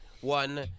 one